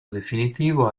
definitivo